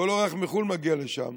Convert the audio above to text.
שכל אורח מחו"ל מגיע לשם.